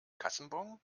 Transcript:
kassenbon